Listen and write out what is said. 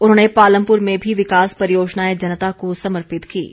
उन्होंने पालमपुर में भी विकास परियोजनाएं जनता को समर्पित कीं